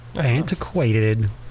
antiquated